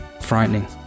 frightening